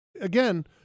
again